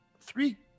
three